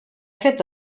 fet